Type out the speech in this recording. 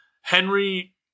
Henry